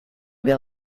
wir